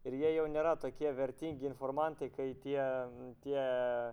ir jie jau nėra tokie vertingi informantai kai tie tie